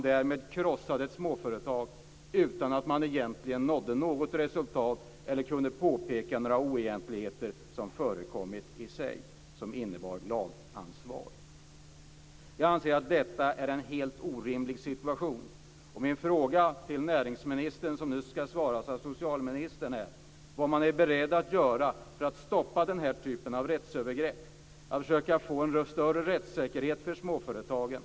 Därmed krossade man ett småföretag utan att man egentligen nådde något resultat eller kunde påpeka några oegentligheten som förekommit i sig och som innebar lagansvar. Jag anser att detta är en helt orimlig situation. Min fråga till näringsministern, som nu ska besvaras av socialministern är: Vad är man beredd att göra för att stoppa den här typen av rättsövergrepp och för att försöka få en större rättssäkerhet för småföretagen?